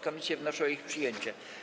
Komisje wnoszą o ich przyjęcie.